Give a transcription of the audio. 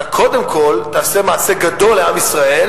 אתה קודם כול תעשה מעשה גדול לעם ישראל